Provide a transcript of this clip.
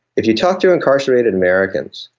if you talk to incarcerated americans,